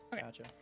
Gotcha